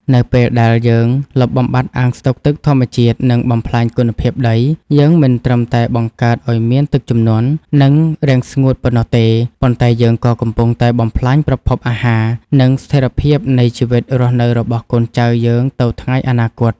នៅពេលដែលយើងលុបបំបាត់អាងស្តុកទឹកធម្មជាតិ និងបំផ្លាញគុណភាពដី យើងមិនត្រឹមតែបង្កើតឱ្យមានទឹកជំនន់ និងរាំងស្ងួតប៉ុណ្ណោះទេ ប៉ុន្តែយើងក៏កំពុងតែបំផ្លាញប្រភពអាហារ និងស្ថិរភាពនៃជីវិតរស់នៅរបស់កូនចៅយើងទៅថ្ងៃអនាគត។